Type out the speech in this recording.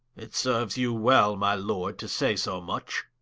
it serues you well, my lord, to say so much